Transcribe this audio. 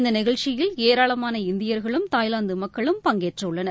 இந்த நிகழ்ச்சியில் ஏராளமான இந்தியர்களும் தாய்லாந்து மக்களும் பங்கேற்றுள்ளனர்